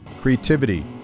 creativity